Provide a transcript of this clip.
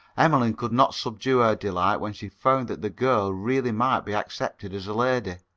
emmeline could not subdue her delight when she found that the girl really might be accepted as a lady.